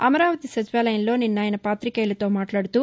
అమరావతి సచివాలయంలో నిన్న ఆయన పాతికేయులతో మాట్లాడుతూ